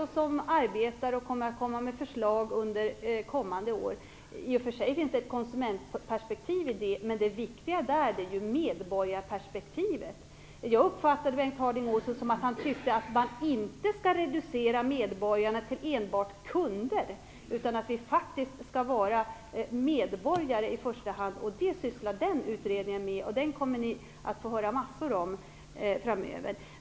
Den arbetar och kommer med förslag under kommande år. Det finns i och för sig ett konsumentperspektiv i det, men det viktiga är medborgarperspektivet. Jag uppfattade Bengt Harding Olson som att han tyckte att vi inte skall reducera medborgarna till enbart kunder utan att man faktiskt skall vara medborgare i första hand. Det sysslar den utredningen med. Ni kommer att få höra massor om den framöver.